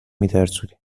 میترسونی